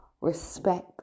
respect